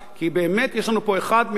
כי באמת יש לנו פה אחד מהמכשירים